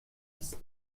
است